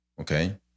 Okay